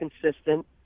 consistent